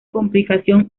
complicación